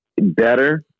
better